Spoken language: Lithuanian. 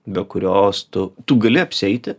be kurios tu tu gali apsieiti